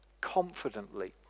confidently